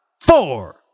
four